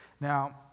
Now